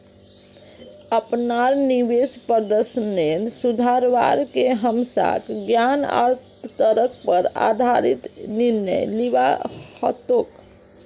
अपनार निवेश प्रदर्शनेर सुधरवार के हमसाक ज्ञान आर तर्केर पर आधारित निर्णय लिबा हतोक